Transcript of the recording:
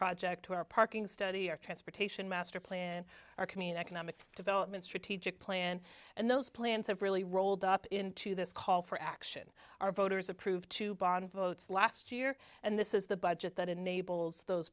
project to our parking study or transportation master plan or community nomic development strategic plan and those plans have really rolled up into this call for action our voters approved two bond votes last year and this is the budget that enables those